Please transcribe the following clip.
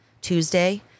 Tuesday